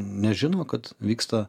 nežino kad vyksta